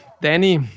Danny